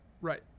Right